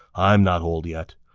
i'm not old yet.